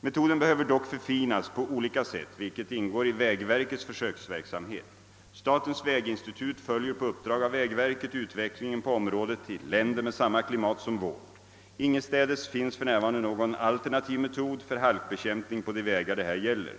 Metoden behöver dock förfinas på olika sätt, vilket ingår i vägverkets försöksverksamhet. Statens väginstitut följer på uppdrag av vägverket utvecklingen på området i länder med samma klimat som vårt. Ingenstädes finns för närvarande någon alternativ metod för halkbekämpning på de vägar det här gäller.